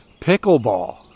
Pickleball